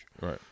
Right